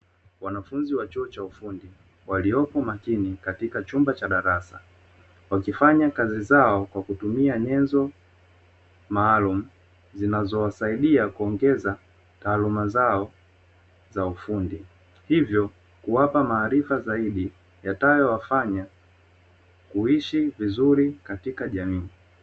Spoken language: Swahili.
Wanafunzi wa chuo cha ufundi walioko makini katika chumba cha darasa, wakifanya kazi zao kwa kutumia nyenzo maalumu, zinazowasaidia kuongeza taaluma zao za ufundi hivyo kuwapa maarifa zaidi yatakayowafanya kuishi vizuri katika jamii.